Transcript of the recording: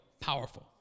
powerful